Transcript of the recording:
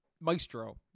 maestro